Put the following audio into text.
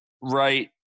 right